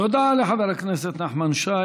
תודה לחבר הכנסת נחמן שי.